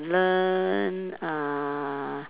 learn uh